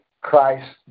christ